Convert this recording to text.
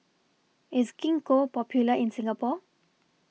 IS Gingko Popular in Singapore